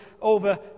over